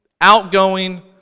outgoing